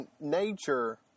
nature